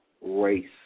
race